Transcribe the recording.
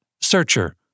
searcher